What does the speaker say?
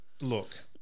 look